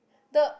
the